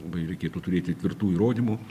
labai reikėtų turėti tvirtų įrodymų